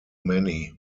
many